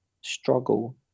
struggle